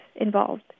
involved